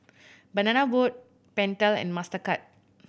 Banana Boat Pentel and Mastercard